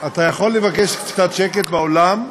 אתה יכול לבקש קצת שקט באולם?